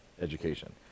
education